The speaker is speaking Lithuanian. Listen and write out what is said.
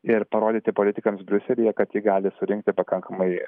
ir parodyti politikams briuselyje kad ji gali surinkti pakankamai